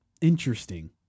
interesting